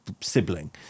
sibling